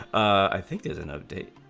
ah thick as an update